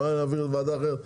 למה להעביר את זה לוועדה אחרת?